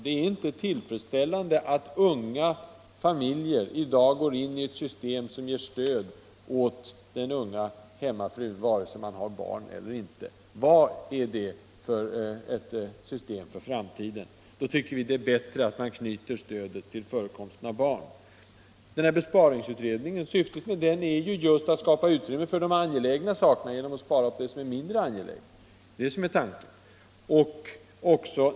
Det är inte tillfredsställande att unga familjer i dag går in i ett system som ger stöd åt den unga hemmafrun, vare sig man har barn eller inte. Vad är det för en modell för framtiden? Vi tycker det är bättre att knyta stödet till förekomsten av barn. Syftet med besparingsutredningen är just att skapa utrymme för de angelägna sakerna genom att spara på det som är mindre viktigt.